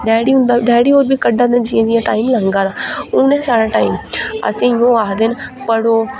daddy हुंदा बी daddy होर बी कड्ढा दे न टाइम जियां जियां लंघा दा हून ऐ साढ़ा टाइम असेंगी ओह् आखदे न पढ़ो